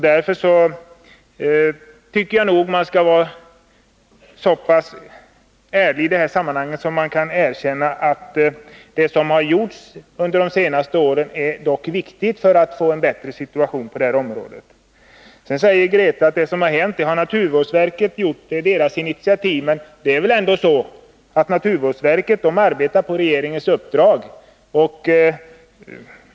Därför tycker jag nog man skall vara så pass ärlig i det här sammanhanget att man kan erkänna att det som gjorts under de senaste åren är viktigt för att förbättra situationen. Grethe Lundblad säger att det som hänt har skett på naturvårdsverkets initiativ. Men det är väl ändå så att naturvårdsverket arbetar på regeringens uppdrag.